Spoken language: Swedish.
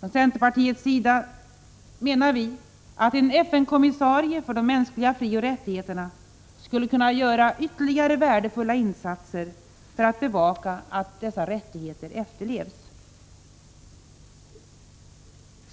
Från centerpartiets sida menar vi att en FN-kommissarie för de mänskliga frioch rättigheterna skulle kunna göra ytterligare värdefulla insatser för att bevaka att dessa rättigheter eftenlevs.